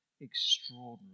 Extraordinary